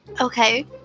Okay